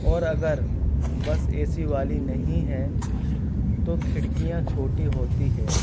اور اگر بس اے سی والی نہیں ہے تو کھڑکیاں چھوٹی ہوتی ہے